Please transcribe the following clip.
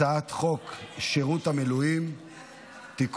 הצעת חוק שירות המילואים (תיקון,